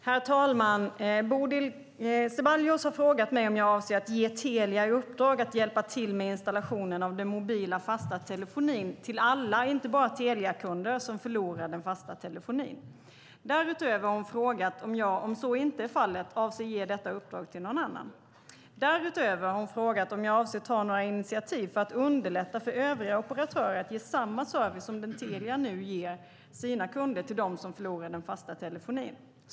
Herr talman! Bodil Ceballos har frågat mig om jag avser att ge Telia i uppdrag att hjälpa till med installationen av den mobila fasta telefonin till alla, inte bara Teliakunder, som förlorar den fasta telefonin. Därutöver har hon frågat om jag, om så inte är fallet, avser att ge detta uppdrag till någon annan. Därutöver har hon frågat om jag avser att ta några initiativ för att underlätta för övriga operatörer att ge samma service som den Telia nu ger sina kunder till dem som förlorar den fasta telefonin.